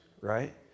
right